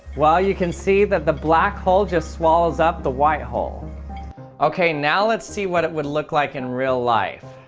well, you can see that the black hole just swallows up the white hole ok, now let's see what it would look like in real life